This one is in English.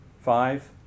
Five